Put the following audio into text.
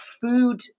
food